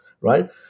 right